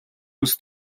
бус